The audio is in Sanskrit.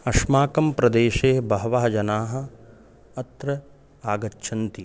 अस्माकं प्रदेशे बहवः जनाः अत्र आगच्छन्ति